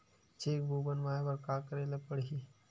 Cheque book बनवाय बर का करे ल पड़हि?